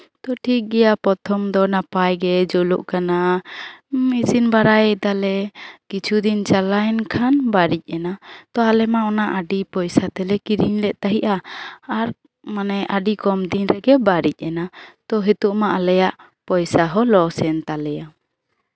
ᱛᱚ ᱴᱷᱤᱠ ᱜᱮᱭᱟ ᱯᱨᱚᱛᱷᱚᱢ ᱫᱚ ᱱᱟᱯᱟᱭ ᱜᱮ ᱡᱳᱞᱳᱜ ᱠᱟᱱᱟ ᱤᱥᱤᱱ ᱵᱟᱲᱟᱭ ᱫᱟᱞᱮ ᱠᱤᱪᱷᱩ ᱫᱤᱱ ᱪᱟᱞᱟᱣ ᱮᱱᱠᱷᱟᱱ ᱵᱟᱹᱲᱤᱡ ᱮᱱᱟ ᱛᱚ ᱟᱞᱮ ᱢᱟ ᱟᱹᱰᱤ ᱯᱚᱭᱥᱟ ᱛᱮᱞᱮ ᱠᱤᱨᱤᱧ ᱞᱮᱜ ᱛᱟᱦᱮᱸᱜᱼᱟ ᱟᱨ ᱢᱟᱱᱮ ᱟᱹᱰᱤ ᱠᱚᱢ ᱫᱤᱱ ᱨᱮᱜᱮ ᱵᱟᱹᱲᱤᱡ ᱮᱱᱟ ᱛᱚ ᱱᱤᱛᱚᱜ ᱢᱟ ᱟᱞᱮᱭᱟᱜ ᱯᱚᱭᱥᱟ ᱦᱚᱸ ᱞᱚᱥ ᱮᱱ ᱛᱟᱞᱮᱭᱟ